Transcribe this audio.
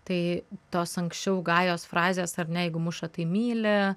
tai tos anksčiau gajos frazės ar ne jeigu muša tai myli